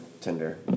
tinder